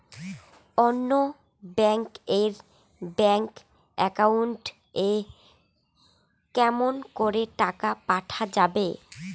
অন্য ব্যাংক এর bank account এ কেমন করে টাকা পাঠা যাবে?